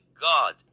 God